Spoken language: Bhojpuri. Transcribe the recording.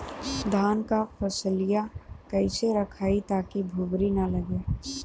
धान क फसलिया कईसे रखाई ताकि भुवरी न लगे?